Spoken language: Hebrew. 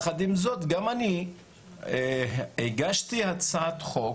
יחד עם זאת, גם אני הגשתי הצעת חוק